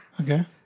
Okay